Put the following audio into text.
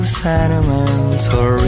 sentimental